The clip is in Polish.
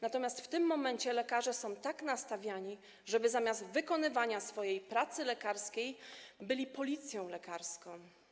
Natomiast w tym momencie lekarze są nastawiani, żeby zamiast wykonywać swoją pracę lekarską byli policją lekarską.